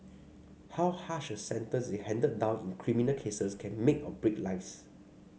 how harsh a sentence is handed down in criminal cases can make or break lives